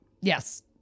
yes